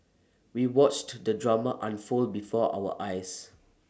we watched the drama unfold before our eyes